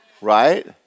Right